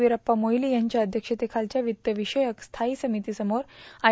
वीरप्पा मोईली यांच्या अध्यक्षतेखालच्या वित्तविषयक स्थायी समितीसमोर आय